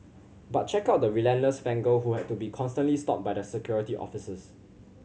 but check out the relentless fan girl who had to be constantly stopped by the Security Officers